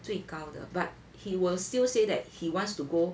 最高的 but he will still say that he wants to go